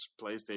PlayStation